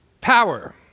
Power